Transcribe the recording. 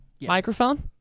Microphone